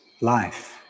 life